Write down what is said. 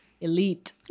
Elite